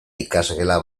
ikasgela